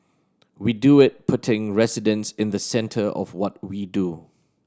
we do it putting residents in the centre of what we do